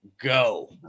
go